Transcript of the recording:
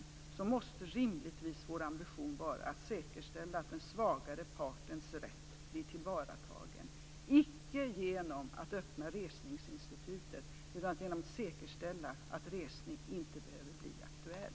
Vår ambition måste rimligtvis vara att säkerställa att den svagare partens rätt tas till vara, icke genom att öppna resningsinstitutet utan genom att säkerställa att resning inte behöver bli aktuell.